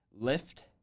Lift